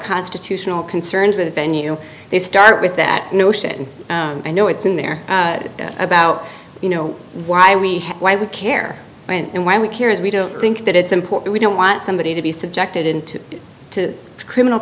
constitutional concerns with a venue they start with that notion i know it's in there about you know why we why we care and why we care is we don't think that it's important we don't want somebody to be subjected into to criminal